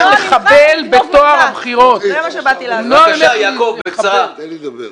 לנסות --- תן לי לדבר.